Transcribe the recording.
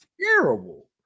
terrible